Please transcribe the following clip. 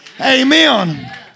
Amen